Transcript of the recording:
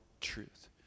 truth